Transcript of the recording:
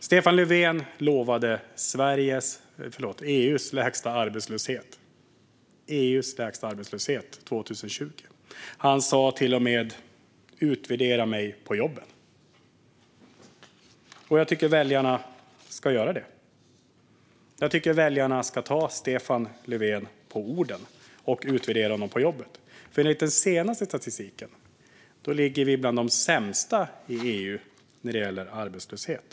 Stefan Löfven lovade att vi skulle ha EU:s lägsta arbetslöshet 2020. Han sa till och med: Utvärdera mig på jobben! Jag tycker att väljarna ska göra det. Jag tycker att väljarna ska ta Stefan Löfven på orden och utvärdera honom på jobben, för enligt den senaste statistiken ligger vi bland de sämsta i EU när det gäller arbetslöshet.